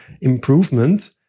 improvement